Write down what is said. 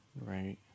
Right